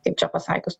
kaip čia pasakius